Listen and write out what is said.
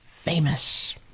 famous